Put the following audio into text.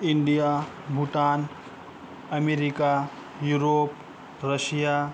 India Bhutan America Europe Russia